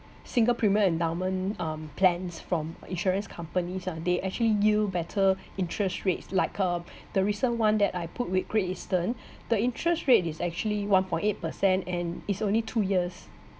single premier endowment um plans from insurance companies ah they actually yield better interest rates like uh the recent one that I put with great eastern the interest rate is actually one point eight percent and it's only two years